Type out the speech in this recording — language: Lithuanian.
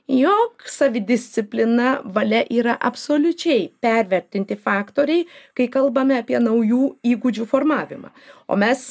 jog savidisciplina valia yra absoliučiai pervertinti faktoriai kai kalbame apie naujų įgūdžių formavimą o mes